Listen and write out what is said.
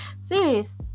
serious